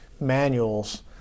manuals